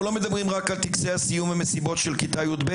אנחנו לא מדברים רק על טקסי סיום והמסיבות של כיתה י"ב,